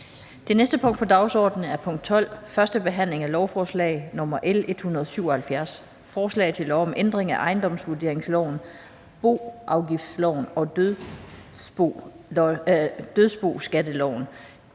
Det næste punkt på dagsordenen er: 12) 1. behandling af lovforslag nr. L 177: Forslag til lov om ændring af ejendomsvurderingsloven, boafgiftsloven og dødsboskatteloven.